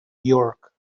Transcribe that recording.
york